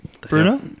Bruno